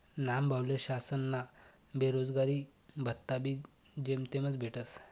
न्हानभाऊले शासनना बेरोजगारी भत्ताबी जेमतेमच भेटस